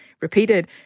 repeated